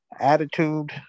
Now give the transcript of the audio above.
attitude